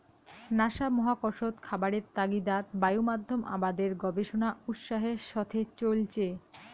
NASA মহাকর্ষত খাবারের তাগিদাত বায়ুমাধ্যম আবাদের গবেষণা উৎসাহের সথে চইলচে